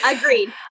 Agreed